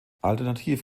alternativ